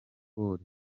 cole